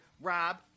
Rob